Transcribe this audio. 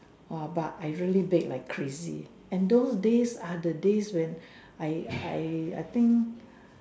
!wah! but I really bake like crazy and those days are the days when I I I think